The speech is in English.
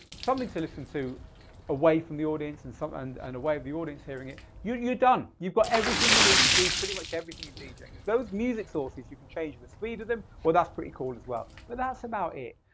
something to listen to away from the audience and so and and a way of the audience hearing it, you're done. you've got everything you need to do pretty much everything in and djing, those music sources, you can change the speed of them, well, that's pretty cool as well. but that's about it.